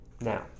Now